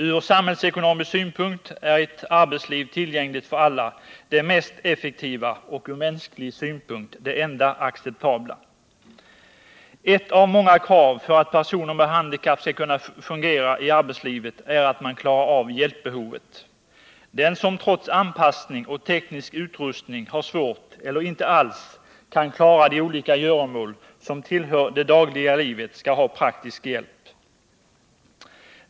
Ur samhällsekonomisk synpunkt är ett arbetsliv tillgängligt för alla det mest effektiva och ur mänsklig synpunkt det enda acceptabla. Ett av många krav för att personer med handikapp skall kunna fungera i arbetslivet är att hjälpbehovet klaras av. Den som trots anpassning och teknisk utrustning har svårt att — eller inte alls kan — klara de olika göromål som tillhör det dagliga livet skall ha praktisk hjälp.